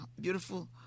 Beautiful